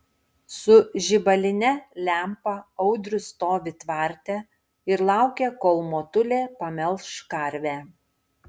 su žibaline lempa audrius stovi tvarte ir laukia kol motulė pamelš karvę